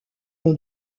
ont